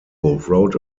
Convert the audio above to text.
wrote